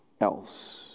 else